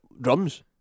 Drums